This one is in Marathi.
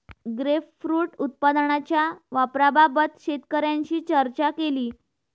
ग्रेपफ्रुट उत्पादनाच्या वापराबाबत शेतकऱ्यांशी चर्चा केली